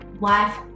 Wife